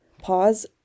pause